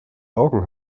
augen